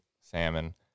salmon